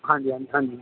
ਹਾਂਜੀ ਹਾਂਜੀ ਹਾਂਜੀ